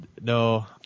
No